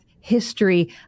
history